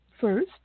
first